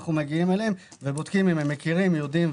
שבו אנחנו מגיעים אליהם ובודקים אם הם מכירים ויודעים.